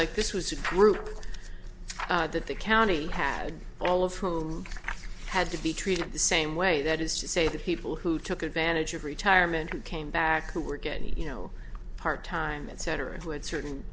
like this was a group that the county had all of whom had to be treated the same way that is to say that people who took advantage of retirement and came back to work and you know part time etc who had certain